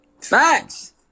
Facts